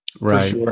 Right